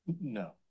No